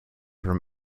from